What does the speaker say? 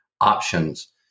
options